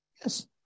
Yes